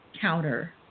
counter